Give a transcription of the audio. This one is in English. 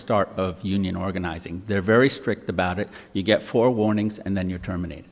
start of union organizing there are very strict about it you get four warnings and then you're terminated